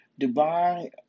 Dubai